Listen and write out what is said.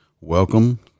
Welcome